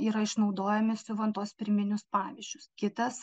yra išnaudojami siuvant tuos pirminius pavyzdžius kitas